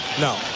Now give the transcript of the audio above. No